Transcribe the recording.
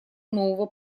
нового